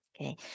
Okay